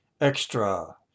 Extra